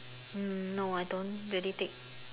hmm no I don't really take